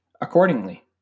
accordingly